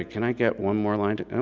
can i get one more line to,